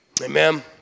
Amen